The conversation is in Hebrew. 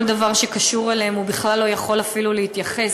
דבר שקשור אליהם הוא בכלל לא יכול אפילו להתייחס.